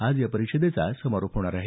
आज या परिषदेचा समारोप होणार आहे